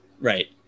Right